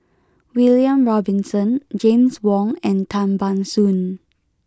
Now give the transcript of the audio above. William Robinson James Wong and Tan Ban Soon